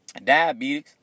Diabetics